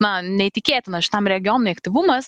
na neįtikėtinas šitam regionui aktyvumas